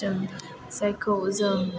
जों जायखौ जों